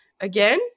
again